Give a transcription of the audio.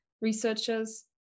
researchers